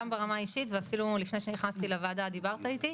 גם ברמה האישית ואפילו לפני שנכנסתי לוועדה דיברת איתי,